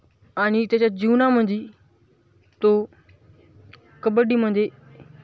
आणि त्याच्या जीवनामध्ये तो कबड्डीमध्ये